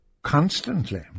constantly